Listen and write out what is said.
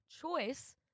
choice